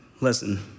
Listen